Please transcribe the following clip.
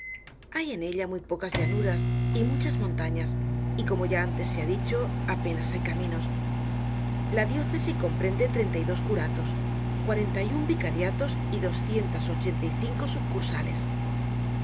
hay en ella muy pocas llanuras y muchas montañas y como ya antes se ha dicho apenas hay caminos la diócesi comprende treinta y dos curatos cuarenta y un vicariatos y doscientas ochenta y cinco subcursales